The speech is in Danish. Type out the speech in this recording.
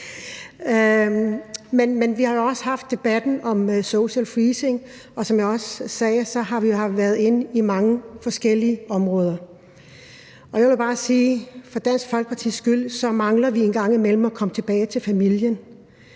vi har jo også haft debatten om social freezing, og som jeg også sagde, har vi været inde i mange forskellige områder, og jeg vil bare sige, at vi for Dansk Folkepartis vedkommende en gang imellem mangler at komme tilbage til familien,